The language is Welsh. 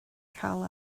cael